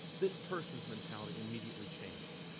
this person's mentality immediately changed.